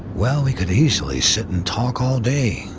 well, we could easily sit and talk all day,